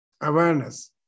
awareness